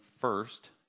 first